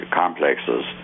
complexes